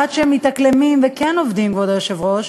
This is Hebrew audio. עד שמתאקלמים וכן עובדים, כבוד היושב-ראש,